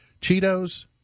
Cheetos